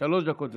שלוש דקות לרשותך.